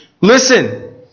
Listen